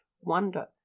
wonder